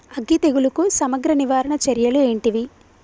అగ్గి తెగులుకు సమగ్ర నివారణ చర్యలు ఏంటివి?